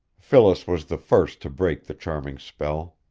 phyllis was the first to break the charming spell.